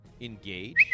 engage